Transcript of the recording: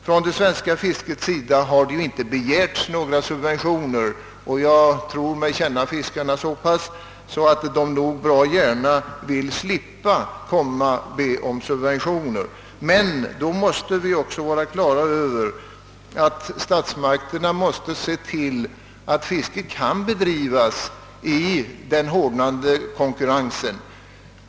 Från det svenska fiskets sida har inte begärts några subventioner, och jag tror mig känna fiskarna så mycket att jag vågar påstå att de gärna vill slippa be om subventioner. Men då måste statsmakterna se till att fisket kan bedrivas i den hårdnande konkurrensen.